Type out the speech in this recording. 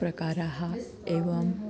प्रकाराः एवं